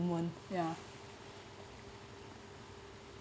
moment ya